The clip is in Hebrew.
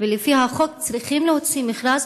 ולפי החוק צריכים להוציא מכרז.